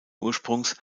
ursprungs